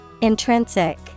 Intrinsic